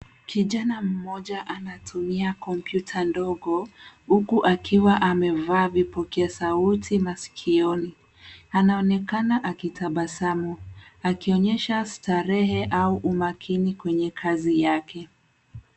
Kijani moja anatumia kompyuta ndogo huku akiwa amevaa vipokea sauti masikio anaonekana akitabasamu akionyesha starehe au umakini kwenye kazi yake.